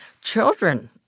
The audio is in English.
Children